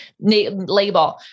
label